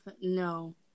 No